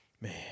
Man